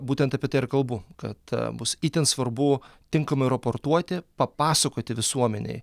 būtent apie tai ir kalbu kad bus itin svarbu tinkamai raportuoti papasakoti visuomenei